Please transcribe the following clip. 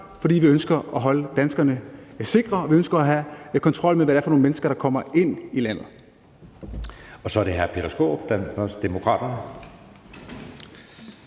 fordi vi ønsker at holde danskerne sikre og vi ønsker at have kontrol med, hvad det er for nogle mennesker, der kommer ind i landet. Kl. 14:53 Anden næstformand